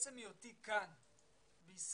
עצם היותי כאן בישראל,